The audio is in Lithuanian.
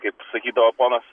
kaip sakydavo ponas